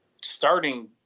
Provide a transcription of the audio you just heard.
starting